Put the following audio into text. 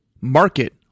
market